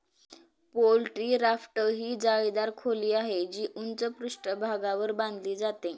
poultry raft ही जाळीदार खोली आहे, जी उंच पृष्ठभागावर बांधली जाते